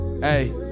Hey